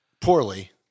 poorly